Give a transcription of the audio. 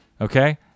okay